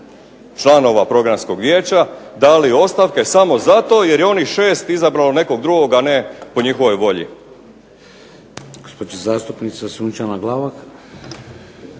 članova Programskog vijeća dali ostavke samo zato jer je onih 6 izabralo nekog drugog a ne po njihovoj volji. **Šeks, Vladimir (HDZ)** Gospođa zastupnica Sunčana Glavak.